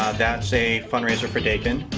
that's a fundraiser for dighton.